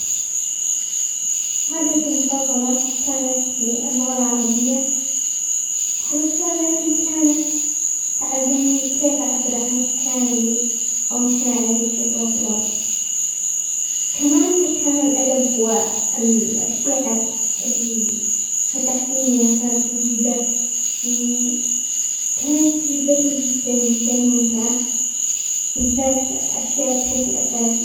مادتي المفضلة كانت هي اللغة العربية، احببتها لانها كانت تعلمني كيف اعبر عن افكاري ومشاعري بشكل افضل، كمان كان الادب و الشعر اللي فتح فيني افاق جديدة، كانت تجربته جدا جدا ممتعة، بالذات اشياء بشكل اساسي.